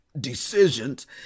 decisions